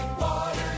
water